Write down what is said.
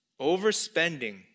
overspending